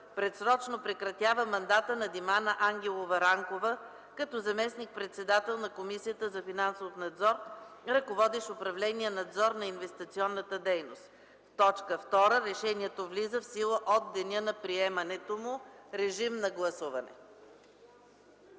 Предсрочно прекратява мандата на Димана Ангелова Ранкова като заместник-председател на Комисията за финансов надзор, ръководещ управление „Надзор на инвестиционната дейност”. 2. Решението влиза в сила от деня на приемането му.” Моля, гласувайте.